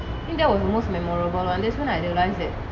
I think that was the most memorable that's when I realise that